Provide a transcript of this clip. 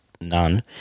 none